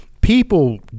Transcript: people